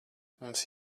mums